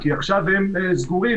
כי עכשיו הם סגורים,